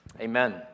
Amen